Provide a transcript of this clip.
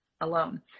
alone